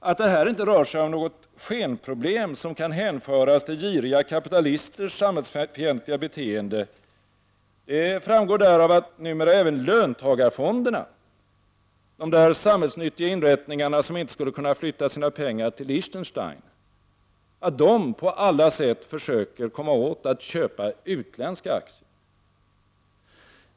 Att det här inte rör sig om något skenproblem, som kan hänföras till giriga kapitalisters samhällsfientliga beteende, framgår därav att numera även löntagarfonderna — de där samhällsnyttiga inrättningarna som inte skulle flytta sina pengar till Liechtenstein — på alla sätt försöker komma åt att köpa utländska aktier.